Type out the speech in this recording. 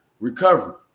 recovery